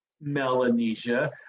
Melanesia